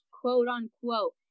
quote-unquote